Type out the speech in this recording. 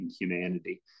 humanity